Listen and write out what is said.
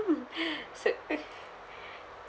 mm so